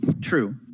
True